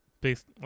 based